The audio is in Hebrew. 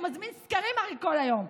הוא מזמין סקרים הרי כל היום.